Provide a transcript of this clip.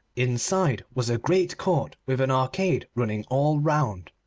inside was a great court with an arcade running all round.